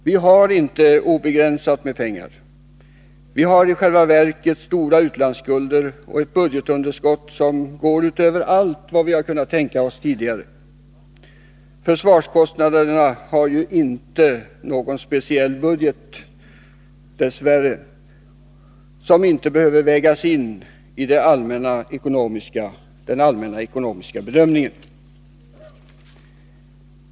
Vi har inte obegränsat med pengar, vi har i själva verket stora utlandsskulder och ett budgetunderskott som går utöver allt vad vi har kunnat tänka oss tidigare. Försvarskostnaderna har ju inte någon speciell budget, dess värre, som inte behöver vägas in i den allmänna ekonomiska bedömningen.